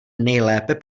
nejlépe